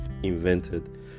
invented